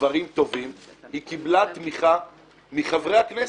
דברים טובים, היא קיבלה תמיכה מחברי הכנסת.